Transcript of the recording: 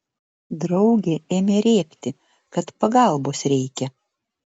draugė ėmė rėkti kad pagalbos reikia